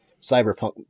cyberpunk